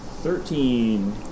Thirteen